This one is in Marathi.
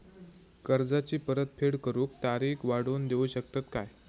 कर्जाची परत फेड करूक तारीख वाढवून देऊ शकतत काय?